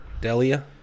Delia